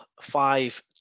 five